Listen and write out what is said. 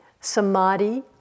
samadhi